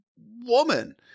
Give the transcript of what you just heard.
woman